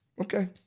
Okay